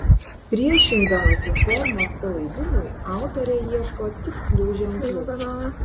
priešindamasi formos palaidumui autorė ieško tikslių ženklų